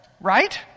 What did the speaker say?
right